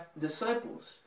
disciples